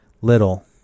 little